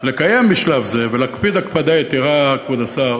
לקיים בשלב זה, ולהקפיד הקפדה יתרה, כבוד השר